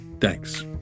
Thanks